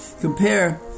Compare